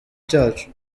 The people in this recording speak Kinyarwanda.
cyacu